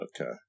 Okay